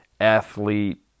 athlete